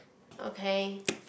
okay